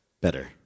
better